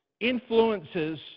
influences